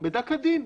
מידע כדין,